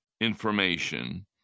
information